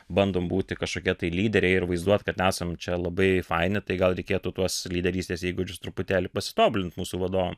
bandom būti kažkokie tai lyderiai ir vaizduot kad esam čia labai faini tai gal reikėtų tuos lyderystės įgūdžius truputėlį pasitobulint mūsų vadovam